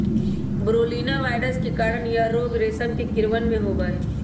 बोरोलीना virus के कारण यह रोग रेशम के कीड़वन में होबा हई